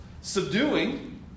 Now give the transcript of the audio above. subduing